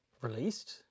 released